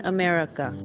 America